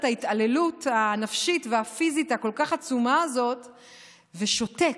ההתעללות הנפשית והפיזית הכל-כך עצומה הזו ושותק.